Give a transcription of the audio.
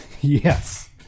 Yes